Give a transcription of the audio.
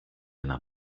ένα